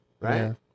right